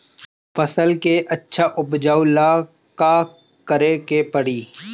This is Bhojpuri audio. फसल के अच्छा उपजाव ला का करे के परी?